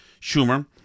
Schumer